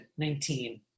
19